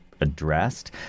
addressed